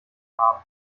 haben